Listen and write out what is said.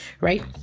right